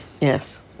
Yes